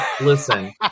listen